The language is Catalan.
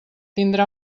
tindrà